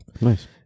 Nice